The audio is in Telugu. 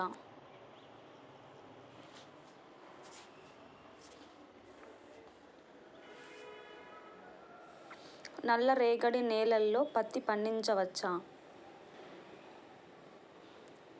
నల్ల రేగడి నేలలో పత్తి పండించవచ్చా?